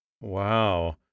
Wow